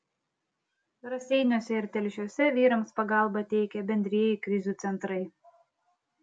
raseiniuose ir telšiuose vyrams pagalbą teikia bendrieji krizių centrai